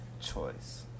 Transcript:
choice